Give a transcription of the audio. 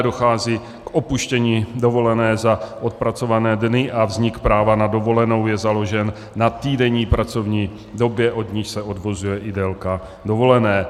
Dochází k opuštění dovolené za odpracované dny a vznik práva na dovolenou je založen na týdenní pracovní době, od níž se odvozuje i délka dovolené.